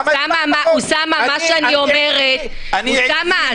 מה שאני אומרת ------ אוסאמה,